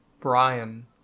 Brian